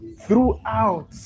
throughout